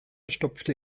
stopfte